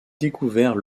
découvert